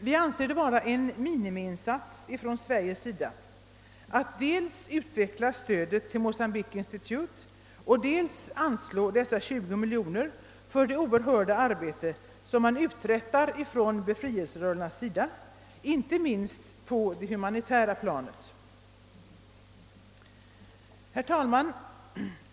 Vi anser det vara en minimiinsats från Sveriges sida att dels utveckla stödet till Mocambique Institute och dels anslå dessa 20 miljoner kronor för det oerhörda arbete som befrielserörelserna uträttar, inte minst på det humanitära planet. Herr talman!